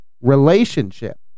relationship